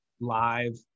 live